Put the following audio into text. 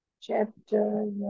chapter